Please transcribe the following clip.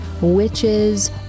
Witches